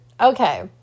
Okay